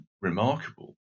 remarkable